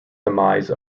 demise